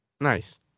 nice